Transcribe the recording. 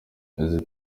izi